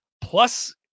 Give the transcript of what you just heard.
plus